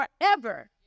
forever